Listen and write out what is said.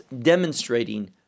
demonstrating